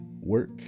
work